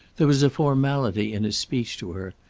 there was a formality in his speech to her,